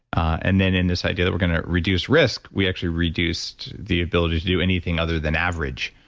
and then in this idea that we're going to reduce risk, we actually reduce the ability to do anything other than average